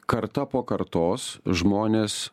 karta po kartos žmonės